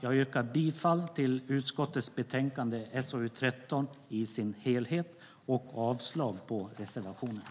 Jag yrkar bifall till utskottets förslag i betänkande SoU13 och avslag på reservationerna.